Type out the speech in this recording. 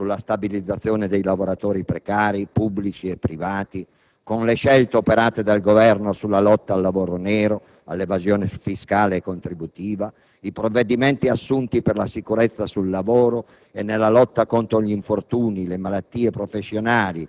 proseguendo sulla strada aperta in finanziaria sulla stabilizzazione dei lavoratori precari, pubblici e privati, con le scelte operate dal Governo sulla lotta al lavoro nero, all'evasione fiscale e contributiva; i provvedimenti assunti per la sicurezza sul lavoro